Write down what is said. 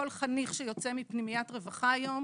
כל חניך שיוצא מפנימיית רווחה היום,